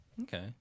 Okay